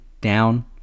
down